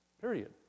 Period